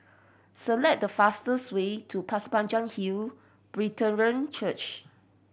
select the fastest way to Pasir Panjang Hill Brethren Church